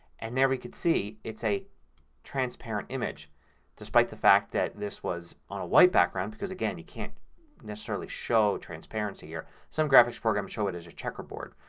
and there we can see it's a transparent image despite the fact that this was on a white background because again you can't necessarily show transparency here. some graphic's programs show it as a checkerboard.